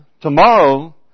tomorrow